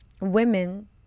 women